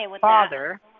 father